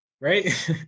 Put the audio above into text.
right